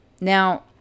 Now